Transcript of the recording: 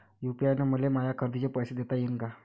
UPI न मले माया खरेदीचे पैसे देता येईन का?